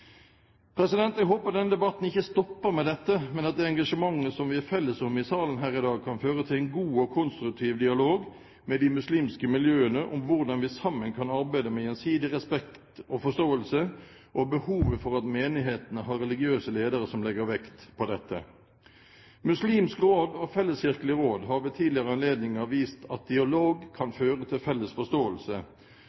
Jeg håper denne debatten ikke stopper med dette, men at det engasjementet som vi er felles om i salen her i dag, kan føre til en god og konstruktiv dialog med de muslimske miljøene om hvordan vi sammen kan arbeide med gjensidig respekt og forståelse og om behovet for at menighetene har religiøse ledere som legger vekt på dette. Islamsk Råd og Felleskirkelig råd har ved tidligere anledninger vist at dialog kan